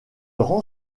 rend